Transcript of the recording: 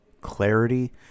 clarity